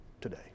today